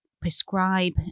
prescribe